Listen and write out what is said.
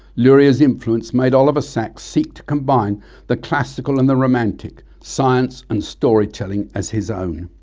luria's influence made oliver sacks seek to combine the classical and the romantic, science and storytelling as his own.